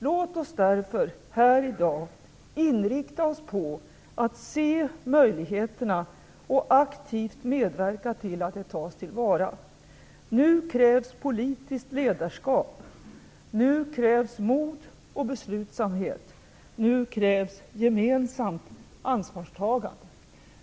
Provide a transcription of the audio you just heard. Låt oss därför här i dag inrikta oss på att se möjligheterna och aktivt medverka till att de tas till vara. Nu krävs politiskt ledarskap, nu krävs mod och beslutsamhet, nu krävs gemensamt ansvarstagande.